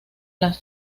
las